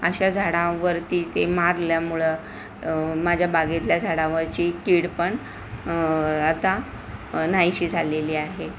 अशा झाडांवरती ते मारल्यामुळं माझ्या बागेतल्या झाडावरची कीड पण आता नाहीशी झालेली आहे